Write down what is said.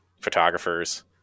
photographers